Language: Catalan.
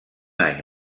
any